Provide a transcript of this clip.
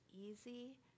easy